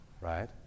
right